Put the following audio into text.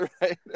Right